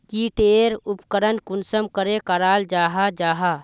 की टेर उपकरण कुंसम करे कराल जाहा जाहा?